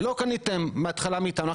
לא קניתם מאיתנו בהתחלה?